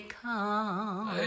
come